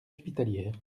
hospitalières